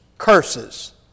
curses